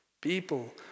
People